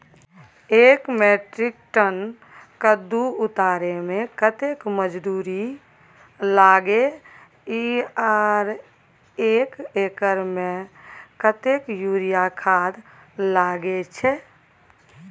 एक metric tonne कद्दू उतारे में कतेक मजदूरी लागे इ आर एक एकर में कतेक यूरिया खाद लागे छै?